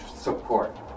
support